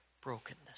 brokenness